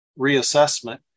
reassessment